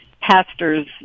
pastor's